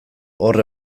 hor